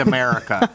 America